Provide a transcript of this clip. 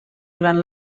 durant